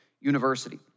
University